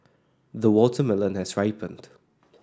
the watermelon has ripened